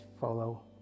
follow